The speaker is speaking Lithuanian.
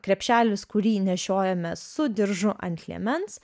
krepšelis kurį nešiojame su diržu ant liemens